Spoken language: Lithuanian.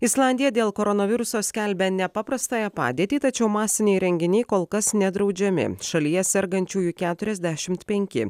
islandija dėl koronaviruso skelbia nepaprastąją padėtį tačiau masiniai renginiai kol kas nedraudžiami šalyje sergančiųjų keturiasdešimt penki